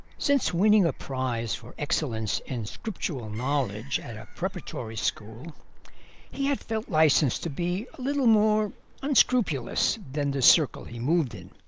since winning a prize for excellence in scriptural knowledge at a preparatory school he had felt licensed to be a little more unscrupulous than the circle he moved in.